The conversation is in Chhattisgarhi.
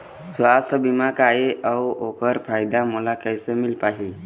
सुवास्थ बीमा का ए अउ ओकर फायदा मोला कैसे मिल पाही?